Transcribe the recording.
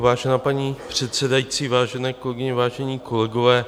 Vážená paní předsedající, vážené kolegyně, vážení kolegové.